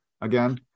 again